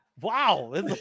Wow